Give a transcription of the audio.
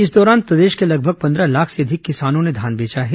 इस दौरान प्रदेश के लगभग पंद्रह लाख से अधिक किसानों ने धान बेचा है